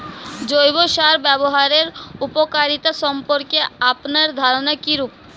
জৈব সার ব্যাবহারের উপকারিতা সম্পর্কে আপনার ধারনা কীরূপ?